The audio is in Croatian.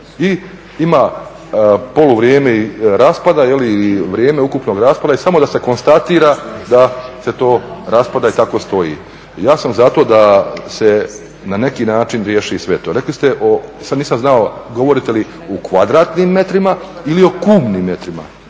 I ima poluvrijeme raspada ili vrijeme ukupnog raspada i samo da se konstatira da se to raspada i tako stoji. Ja sam za to da se na neki način riješi sve to. Rekli ste samo nisam znao govorite li u kvadratnim metrima ili o kubnim metrima,